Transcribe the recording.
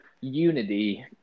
unity